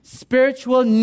spiritual